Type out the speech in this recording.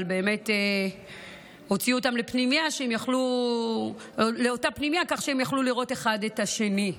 אבל באמת הוציאו אותם לאותה פנימייה כך שהם יכלו לראות אחד את השני.